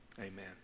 amen